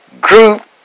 group